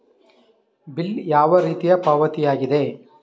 Bill ಯಾವ ರೀತಿಯ ಪಾವತಿಯಾಗಿದೆ?